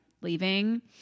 leaving